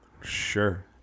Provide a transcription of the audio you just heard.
Sure